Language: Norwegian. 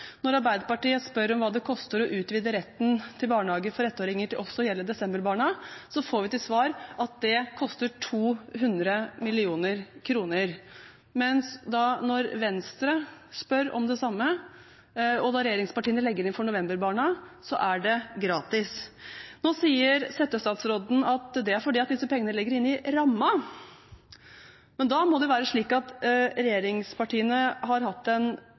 Når Arbeiderpartiet spør om hva det koster å utvide retten til barnehage for ettåringer til også å gjelde desember-barna, får vi til svar at det koster 200 mill. kr. Men når Venstre spør om det samme, og når regjeringspartiene legger inn for november-barna, er det gratis. Nå sier settestatsråden at det er fordi disse pengene ligger inne i rammen. Men da må det være slik at regjeringspartiene har hatt en